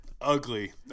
Ugly